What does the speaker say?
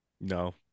no